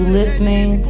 listening